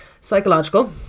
psychological